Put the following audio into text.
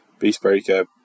Beastbreaker